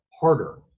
harder